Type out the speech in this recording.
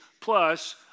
plus